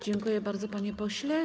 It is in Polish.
Dziękuję bardzo, panie pośle.